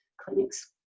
clinics